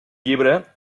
llibre